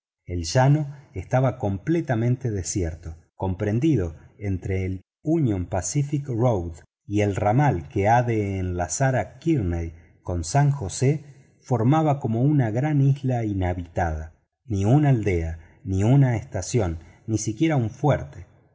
el llano estaba completamente desierto comprendido entre el union paciflc y el ramal que ha de enlazar a kearney con san josé formaba como una gran isla inhabitada ni una aldea ni una estación ni siquiera un fuerte